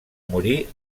morir